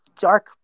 dark